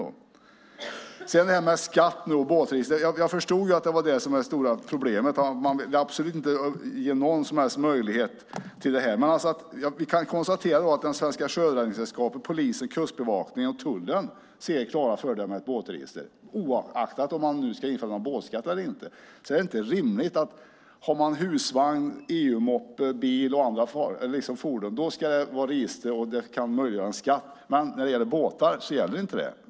När det gäller skatt och båtregister förstod jag att det stora problemet är att man absolut inte vill ge någon som helst möjlighet till detta. Vi kan konstatera att det svenska sjöräddningssällskapet, polisen, Kustbevakningen och tullen ser klara fördelar med ett båtregister. Om man har husvagn, EU-moppe, bil eller andra fordon ska det vara ett register som kan möjliggöra en skatt. Men i fråga om båtar gäller inte det. Oavsett om man ska införa någon båtskatt eller inte är detta inte rimligt.